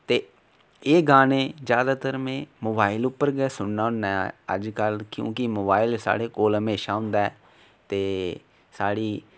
ते एह् गाने ज्यादा तर में मोबाइल उप्पर गै सुनना होन्नां ऐ अजकल क्योंकि मोबाइल साढ़े कोल ऐ हमेशा होंदा ऐ ते साढ़ी